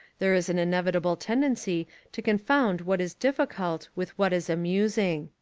there is an inevitable tendency to confound what is difficult with what is amusing.